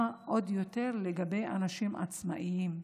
ועוד יותר לגבי אנשים עצמאים,